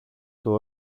του